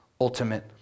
ultimate